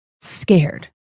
scared